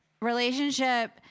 relationship